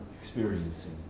experiencing